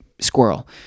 squirrel